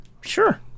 Sure